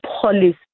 police